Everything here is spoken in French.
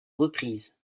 reprise